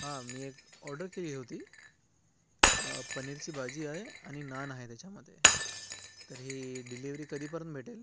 हां मी एक ऑर्डर केली होती पनीरची भाजी आहे आणि नान आहे त्याच्यामध्ये तर हे डिलिव्हरी कधीपर्यंत भेटेल